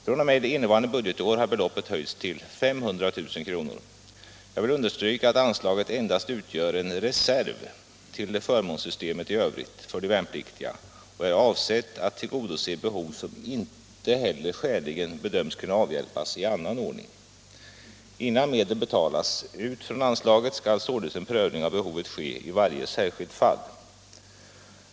fr.o.m. innevarande budgetår har beloppet höjts till 500 000 kr. Jag vill understryka att anslaget endast utgör en reserv till förmånssystemet i övrigt för de värnpliktiga och är avsett att tillgodose behov som inte heller skäligen bedöms kunna avhjälpas i annan ordning. Innan medel betalas ut från anslaget skall således en prövning av behovet ske i varje särskilt fall.